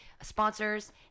Sponsors